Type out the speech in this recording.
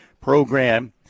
program